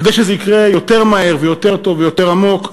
כדי שזה יקרה יותר מהר ויותר טוב ויותר עמוק,